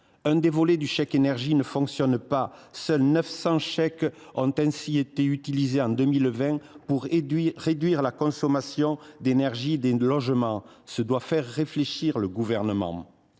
des volets du chèque énergie ne fonctionne pas : seuls 900 chèques ont ainsi été utilisés en 2020 pour réduire la consommation d’énergie des logements. Cette statistique doit faire réfléchir le Gouvernement.